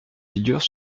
figures